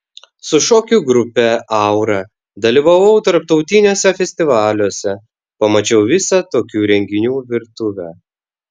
su šokių grupe aura dalyvavau tarptautiniuose festivaliuose pamačiau visą tokių renginių virtuvę